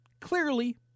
Clearly